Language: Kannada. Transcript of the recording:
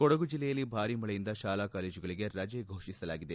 ಕೊಡಗು ಜಿಲ್ಲೆಯಲ್ಲಿ ಭಾರೀ ಮಳೆಯಿಂದ ಶಾಲಾ ಕಾಲೇಜುಗಳಿಗೆ ರಜೆ ಘೋಷಿಸಲಾಗಿದೆ